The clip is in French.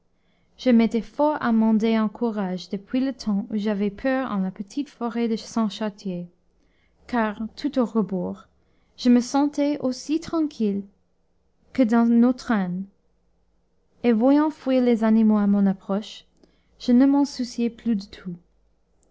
je m'étais fort amendé en courage depuis le temps où j'avais peur en la petite forêt de saint chartier car tout au rebours je me sentais aussi tranquille que dans nos traines et voyant fuir les animaux à mon approche je ne m'en souciais plus du tout